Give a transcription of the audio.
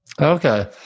Okay